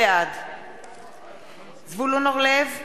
בעד זבולון אורלב,